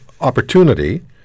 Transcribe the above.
Opportunity